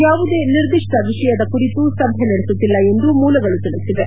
ಯಾವುದೇ ನಿರ್ದಿಷ್ಟ ವಿಷಯದ ಕುರಿತು ಸಭೆ ನಡೆಸುತ್ತಿಲ್ಲ ಎಂದು ಮೂಲಗಳು ತಿಳಿಸಿವೆ